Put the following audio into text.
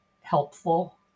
helpful